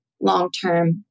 long-term